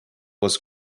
was